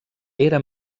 era